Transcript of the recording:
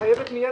תאמין לי.